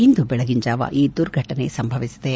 ಇಂದು ಬೆಳಗಿನ ಜಾವ ಈ ದುರ್ಘಟನೆ ಸಂಭವಿಸಿದೆ